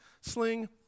sling